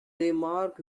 remark